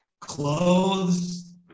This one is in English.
clothes